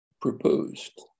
proposed